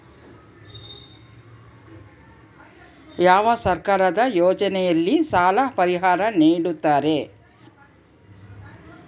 ಯಾವ ಸರ್ಕಾರದ ಯೋಜನೆಯಲ್ಲಿ ಸಾಲ ಪರಿಹಾರ ನೇಡುತ್ತಾರೆ?